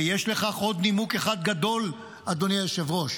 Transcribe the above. ויש לכך עוד נימוק אחד גדול, אדוני היושב-ראש.